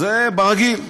זה ברגיל.